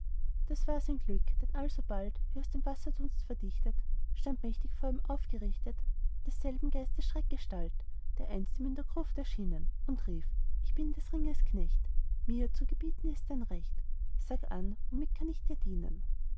das war sein glück denn alsobald wie aus dem wasserdunst verdichtet stand mächtig vor ihm aufgerichtet desselben geistes schreckgestalt der einst ihm in der gruft erschienen und rief ich bin des ringes knecht mir zu gebieten ist dein recht sag an womit kann ich dir dienen